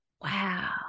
wow